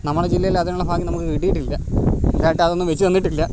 നമ്മളെ ജില്ലയില് അതിനുള്ള ഭാഗ്യം നമുക്ക് കിട്ടിയിട്ടില്ല ഞങ്ങൾക്കായിട്ടതൊന്നും വെച്ച് തന്നിട്ടില്ല